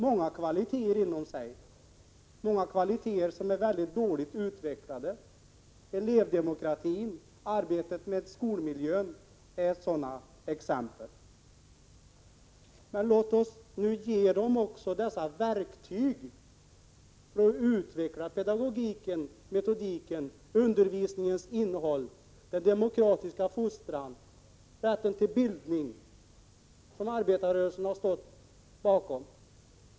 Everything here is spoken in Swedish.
Den rymmer inom sig många kvaliteter som är dåligt utvecklade. Elevdemokratin och arbetet med skolmiljön är exempel på sådana. Låt oss ge skolorna verktyg för att utveckla pedagogiken, metodiken, undervisningens innehåll, den demokratiska fostran och rätten till bildning — kvaliteter och idéer som arbetarrörelsen har stått bakom.